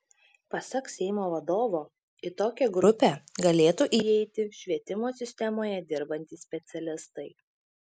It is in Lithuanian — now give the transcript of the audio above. pasak seimo vadovo į tokią grupę galėtų įeiti švietimo sistemoje dirbantys specialistai